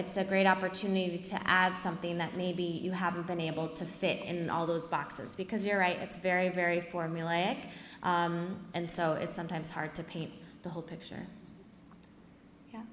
it's a great opportunity to add something that maybe you haven't been able to fit in all those boxes because you're right it's very very formulaic and so it's sometimes hard to paint the whole picture